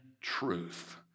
truth